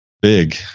big